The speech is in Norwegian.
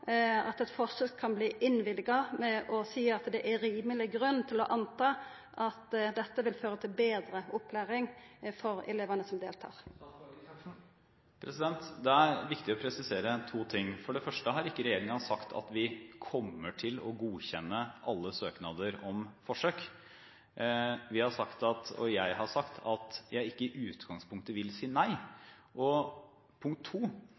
at eit forsøk kan verta innvilga ved å seia at det er rimeleg grunn til å anta at dette vil føra til betre opplæring for elevane som deltar? Det er viktig å presisere to ting. For det første har ikke regjeringen sagt at vi kommer til å godkjenne alle søknader om forsøk. Vi – og jeg – har sagt at vi ikke i utgangspunktet vil si nei. Og punkt